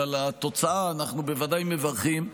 אבל על התוצאה אנחנו בוודאי מברכים,